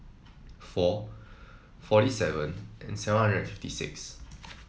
four forty seven and seven hundred fifty six